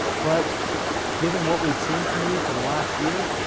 but given what we've seen from you for the last year,